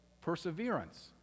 perseverance